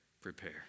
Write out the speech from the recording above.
Prepare